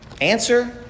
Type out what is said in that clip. Answer